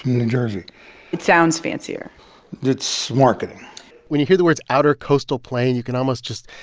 new jersey it sounds fancier it's marketing when you hear the words outer coastal plain, you can almost just,